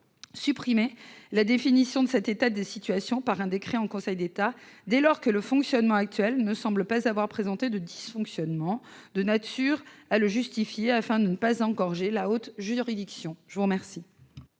supprimer la définition de cet état de situation comparée par un décret en Conseil d'État, dès lors que le fonctionnement actuel ne semble pas avoir présenté de dysfonctionnement de nature à le justifier : il faut éviter d'engorger la haute juridiction. Quel